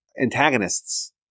antagonists